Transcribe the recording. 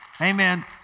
Amen